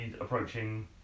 approaching